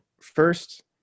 first –